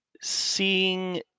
seeing